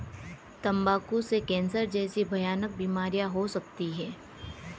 तंबाकू से कैंसर जैसी भयानक बीमारियां हो सकती है